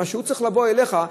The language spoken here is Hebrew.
מה שהוא צריך לבוא אליך בשבילו,